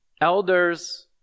Elders